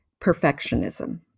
perfectionism